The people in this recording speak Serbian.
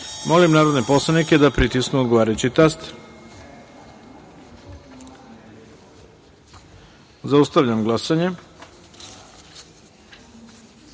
narodne poslanike da pritisnu odgovarajući taster. Zaustavljam glasanje: